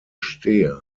stehe